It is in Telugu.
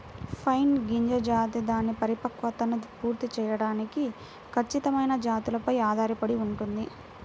పైన్ గింజ జాతి దాని పరిపక్వతను పూర్తి చేయడానికి ఖచ్చితమైన జాతులపై ఆధారపడి ఉంటుంది